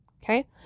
Okay